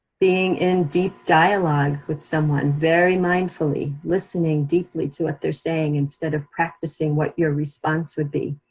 being in deep dialogue with someone very mindfully, listening deeply to what they're saying, instead of practicing what your response would be.